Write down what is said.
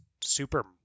super